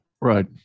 right